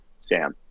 Sam